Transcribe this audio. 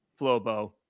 flobo